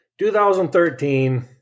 2013